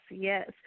yes